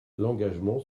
l’engagement